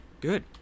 good